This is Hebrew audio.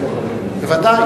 רבה.